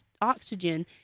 oxygen